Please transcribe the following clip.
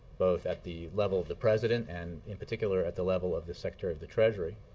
both at the level of the president and, in particular, at the level of the secretary of the treasury,